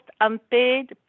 unpaid